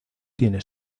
tiene